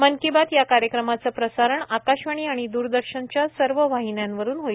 मन की बात या कार्यक्रमाचं प्रसारण आकाशवाणी आणि दूरदर्शनच्या सर्व वाहिन्यांवरून होईल